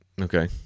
Okay